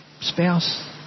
spouse